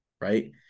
Right